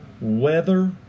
weather